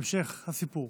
המשך הסיפור.